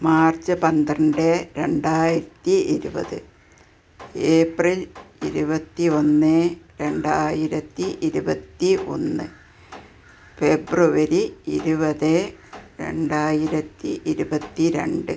March പന്ത്രണ്ട് രണ്ടായിരത്തി ഇരുപത് ഏപ്രിൽ ഇരുപത്തി ഒന്ന് രണ്ടായിരത്തി ഇരുപത്തി ഒന്ന് ഫെബ്രുവരി ഇരുപത് രണ്ടായിരത്തി ഇരുപത്തി രണ്ട്